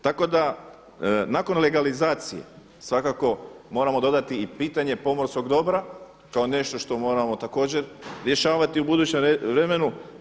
Tako da nakon legalizacije svakako moramo dodati i pitanje pomorskog dobra kao nešto što moramo također rješavati u budućem vremenu.